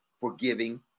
forgiving